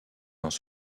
dans